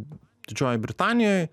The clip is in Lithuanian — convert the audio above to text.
didžiojoje britanijoje